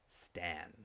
Stan